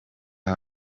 aho